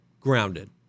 grounded